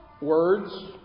words